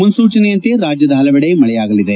ಮುನ್ಲೋಚನೆಯಂತೆ ರಾಜ್ಯದ ಪಲವೆಡೆ ಮಳೆಯಾಗಲಿದೆ